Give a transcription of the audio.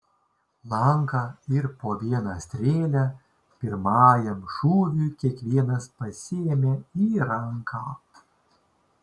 lanką ir po vieną strėlę pirmajam šūviui kiekvienas pasiėmė į ranką